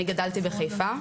אני גדלתי בחיפה,